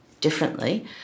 differently